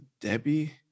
Debbie